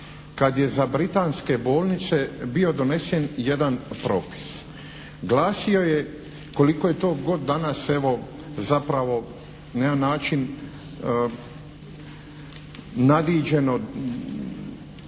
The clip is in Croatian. kada je za britanske bolnice bio donesen jedan propis. Glasio je koliko je to god danas evo zapravo na jedan način nadiđeno,